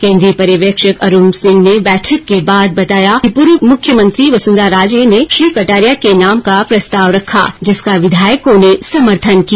केन्द्रीय पर्यवेक्षक अरूण सिंह ने बैठक के बाद बताया कि पूर्व मुख्यमंत्री वसुंधरा राजे ने श्री कटारिया के नाम का प्रस्ताव रखा जिसका विधायकों ने समर्थन किया